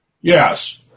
Yes